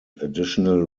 additional